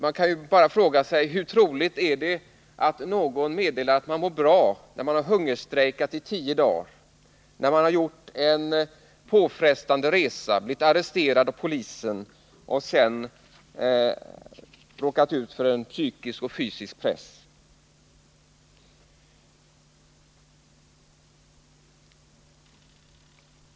Man kan bara fråga sig: Hur troligt är det att någon meddelar att han mår bra när han har hungerstrejkat i tio dagar, när han har gjort en påfrestande resa, blivit arresterad av polisen och sedan utsatts för psykisk och fysisk press?